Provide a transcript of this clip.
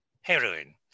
heroin